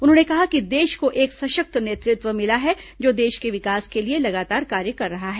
उन्होंने कहा कि देश को एक सशक्त नेतृत्व मिला है जो देश के विकास के लिए लगातार कार्य कर रहा है